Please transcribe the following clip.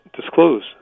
disclose